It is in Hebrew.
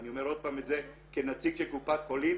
ואני אומר את זה עוד פעם כנציג של קופת חולים,